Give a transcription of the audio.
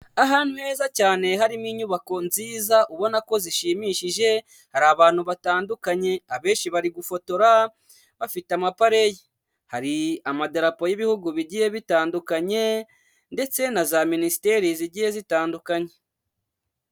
Ahantu heza cyane harimo inyubako nziza ubona ko zishimishije hari abantu batandukanye, abenshi bari gufotora bafite amapreye, hari amadarapo y'ibihugu bigiye bitandukanye ndetse na za minisiteri zigiye zitandukanye.